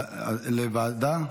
לוועדה?